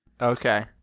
Okay